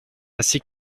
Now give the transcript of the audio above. ainsi